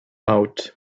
out